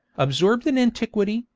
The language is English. absorbed in antiquity,